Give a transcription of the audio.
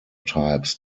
types